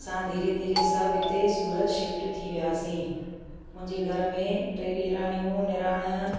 असां धीरे धीरे सभु हिते सूरत शिफ्ट थी वियासीं मुंहिंजे घर मेंटे ॾेराणियूं निणान